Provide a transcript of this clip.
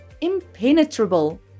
impenetrable